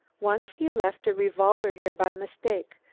once he left a revolver here by mistake.